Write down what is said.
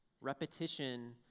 Repetition